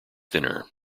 thinner